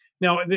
Now